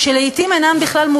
לא